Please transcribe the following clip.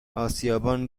اسیابان